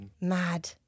Mad